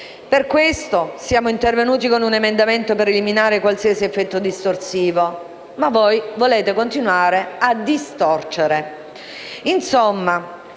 Per questo siamo intervenuti con un emendamento per eliminare qualsiasi effetto distorsivo. Ma voi volete continuare a distorcere.